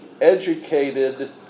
educated